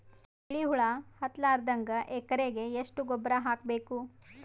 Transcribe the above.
ಬಿಳಿ ಹುಳ ಹತ್ತಲಾರದಂಗ ಎಕರೆಗೆ ಎಷ್ಟು ಗೊಬ್ಬರ ಹಾಕ್ ಬೇಕು?